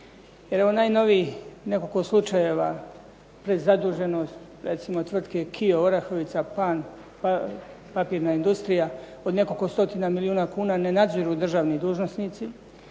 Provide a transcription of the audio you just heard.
Jer najnovijih nekoliko slučajeva prezaduženost recimo tvrtke "KIO" Orahovica Papirna industrija od nekoliko stotina milijuna kuna ne nadziru državni dužnosnici.